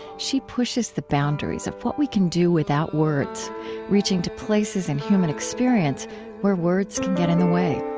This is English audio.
she pushes the boundaries of what we can do without words reaching to places in human experience where words can get in the way